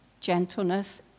gentleness